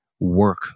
Work